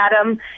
Adam